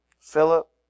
Philip